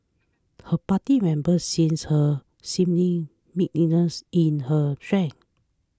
her party members since her seeming meekness in her strength